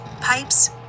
pipes